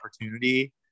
opportunity